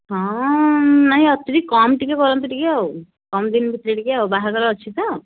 ହଁ ନାଇଁ ଆକ୍ଚୁଆଲି କମ୍ ଟିକେ କରନ୍ତୁ ଟିକେ କମ ଦିନ ଭିତରେ ଟିକେ ଆଉ ବାହାଘର ଅଛି ତ